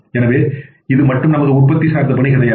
எனவே இது மட்டும் நமது உற்பத்தி சார்ந்த பணி கிடையாது